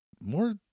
more